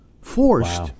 Forced